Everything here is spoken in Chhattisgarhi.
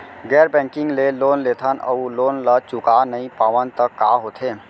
गैर बैंकिंग ले लोन लेथन अऊ लोन ल चुका नहीं पावन त का होथे?